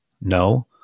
No